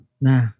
nah